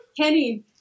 Kenny